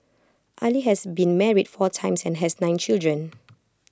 Ali has been married four times and has nine children